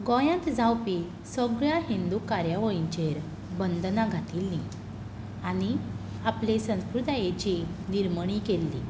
गोंयांत जावपी सगळ्या हिंदू कार्यावळींचेर बंधनां घातिल्लीं आनी आपले संस्कृतायेची निर्मणी केल्ली